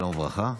שלום וברכה.